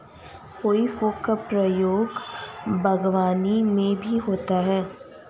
हेइ फोक का प्रयोग बागवानी में भी होता है